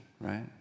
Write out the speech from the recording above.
right